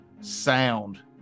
sound